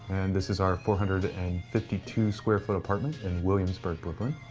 and this is our four hundred and fifty two square foot apartment in williamsburg, brooklyn.